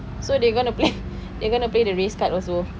so they gonna play they're gonna play the race card also